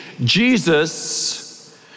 Jesus